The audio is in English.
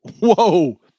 Whoa